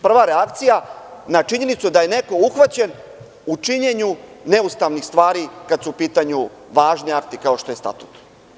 Prva reakcija na činjenicu da je neko uhvaćen u činjenju neustavnih stvari kada su u pitanju važni akti kao što je statut.